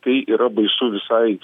tai yra baisu visai